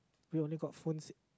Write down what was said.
we only got phones